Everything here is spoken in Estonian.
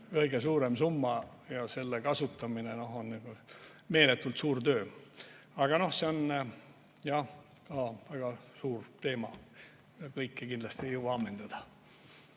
kõige suurem summa ja selle kasutamine on meeletult suur töö. Aga see on jah väga suur teema. Kõike kindlasti ei jõua ammendada.